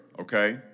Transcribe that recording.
okay